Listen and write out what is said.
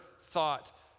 thought